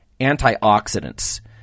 Antioxidants